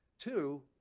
Two